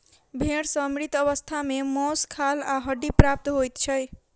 भेंड़ सॅ मृत अवस्था मे मौस, खाल आ हड्डी प्राप्त होइत छै